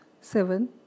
seven